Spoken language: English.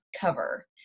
cover